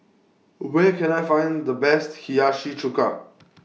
Where Can I Find The Best Hiyashi Chuka